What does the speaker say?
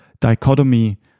dichotomy